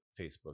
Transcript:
facebook